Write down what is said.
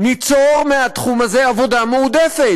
ניצור מהתחום הזה עבודה מועדפת,